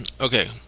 Okay